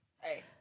Hey